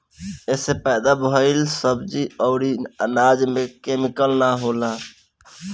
एसे पैदा भइल सब्जी अउरी अनाज में केमिकल ना होला